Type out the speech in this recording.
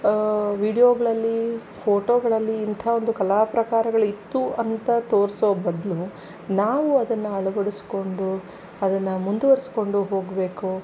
ವೀಡಿಯೋಗಳಲ್ಲಿ ಫೋಟೋಗಳಲ್ಲಿ ಇಂತಹ ಒಂದು ಕಲಾಪ್ರಕಾರಗಳಿತ್ತು ಅಂತ ತೋರಿಸೋ ಬದಲು ನಾವು ಅದನ್ನು ಅಳವಡಿಸ್ಕೊಂಡು ಅದನ್ನು ಮುಂದುವರೆಸ್ಕೊಂಡು ಹೋಗಬೇಕು